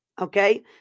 Okay